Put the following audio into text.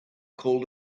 called